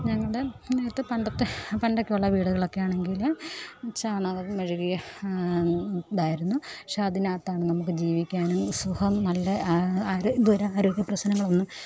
ഞങ്ങളുടെ നേരത്തെ പണ്ടത്തെ പണ്ടൊക്കെ ഉള്ള വീടുകളൊക്കെ ആണെങ്കിൽ ചാണകം മെഴുകിയ ഇതായിരുന്നു പക്ഷേ അതിനകത്താണ് നമ്മൾക്ക് ജീവിക്കാനും സുഖം നല്ലത് ആരും ഇതുവരെ ആരോഗ്യ പ്രശ്നങ്ങളൊന്നും